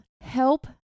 help